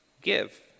give